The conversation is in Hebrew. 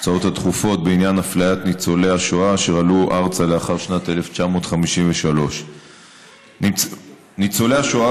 בעניין אפליית ניצולי השואה שעלו ארצה לאחר שנת 1953. ניצולי השואה